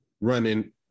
running